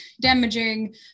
damaging